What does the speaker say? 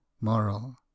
moral